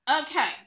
okay